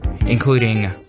Including